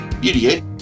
Beauty